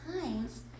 times